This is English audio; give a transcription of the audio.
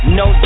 no